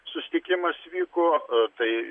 susitikimas vyko tai